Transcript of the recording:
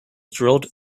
drilled